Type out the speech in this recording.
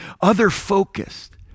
other-focused